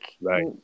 Right